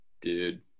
dude